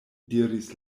diris